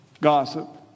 gossip